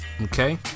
okay